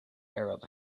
arab